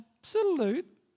absolute